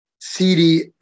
CD